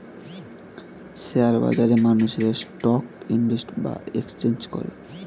share বাজারে মানুষেরা stock invest এবং এক্সচেঞ্জ করে